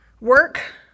work